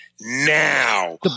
now